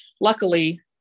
luckily